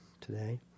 today